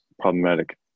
problematic